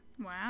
Wow